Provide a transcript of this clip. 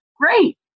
Great